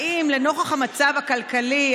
האם לנוכח המצב הכלכלי,